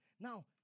Now